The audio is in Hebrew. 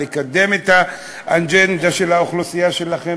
לקדם את האג'נדה של האוכלוסייה שלכם,